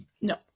No